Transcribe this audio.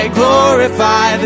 glorify